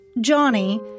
Johnny